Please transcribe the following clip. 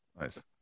Nice